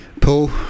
Paul